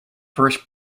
first